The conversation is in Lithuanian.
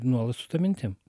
nuolat su ta mintim